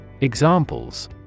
Examples